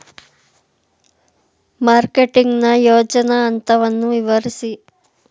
Marketing ನ ಯೋಜನಾ ಹಂತವನ್ನು ವಿವರಿಸಿ?